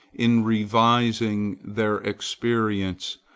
in revising their experience,